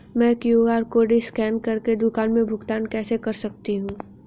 मैं QR code scan कर के दुकान में भुगतान कैसे कर सकती हूँ?